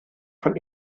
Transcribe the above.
von